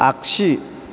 आग्सि